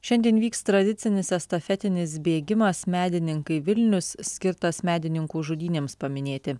šiandien vyks tradicinis estafetinis bėgimas medininkai vilnius skirtas medininkų žudynėms paminėti